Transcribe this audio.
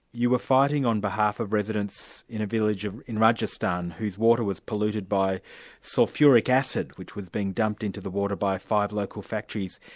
you were fighting on behalf of residents in a village in rajasthan whose water was polluted by sulphuric acid which was being dumped into the water by five local factories.